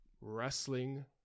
wrestling